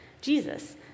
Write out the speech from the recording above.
Jesus